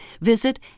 visit